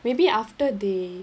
maybe after they